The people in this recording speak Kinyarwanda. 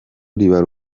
ribara